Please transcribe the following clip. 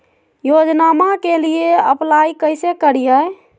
योजनामा के लिए अप्लाई कैसे करिए?